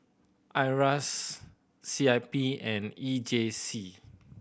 IRAS C I P and E J C